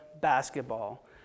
basketball